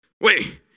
Wait